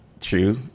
true